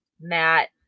matt